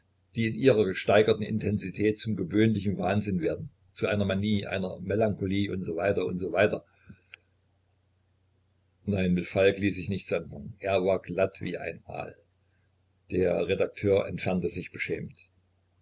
die in ihrer gesteigerten intensität zum gewöhnlichen wahnsinn werden zu einer manie einer melancholie u s w u s w nein mit falk ließ sich nichts anfangen er war glatt wie ein aal der redakteur entfernte sich beschämt